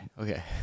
okay